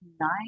nine